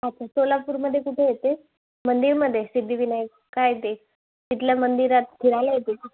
okay सोलापूरमध्ये कुठं येते मंदिरमध्ये सिध्दिविनायक काय ते तिथल्या मंदिरात फिरायला येते का